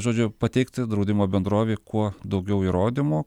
žodžiu pateikti draudimo bendrovei kuo daugiau įrodymų